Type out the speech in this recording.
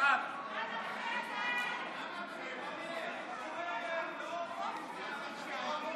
אני מציע את הצעת חוק גיל פרישה, הביתה.